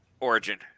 origin